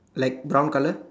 like brown colour